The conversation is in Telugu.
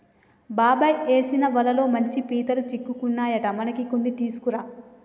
బాబాయ్ ఏసిన వలతో మంచి పీతలు సిక్కుకున్నాయట మనకి కొన్ని తీసుకురా